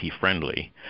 friendly